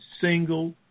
single